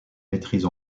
maîtrise